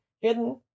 hidden